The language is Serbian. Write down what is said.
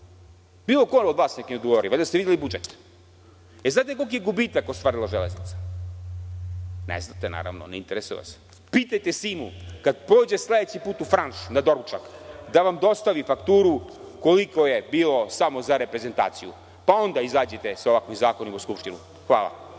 Bilo ko od vas neka mi odgovori. Valjda ste videli budžet? Znate li koliki je gubitak ostvarila Železnica? Ne znate, naravno, ne interesuje vas. Pitajte Simu, kad pođe sledeći put u „Franš“ na doručak, da vam dostavi fakturu koliko je bilo samo za reprezentaciju, pa onda izađite sa ovakvim zakonom u Skupštinu. Hvala.